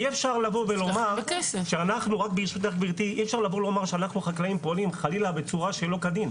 אי-אפשר לבוא ולומר שאנחנו החקלאים פועלים חלילה בצורה שלא כדין.